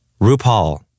RuPaul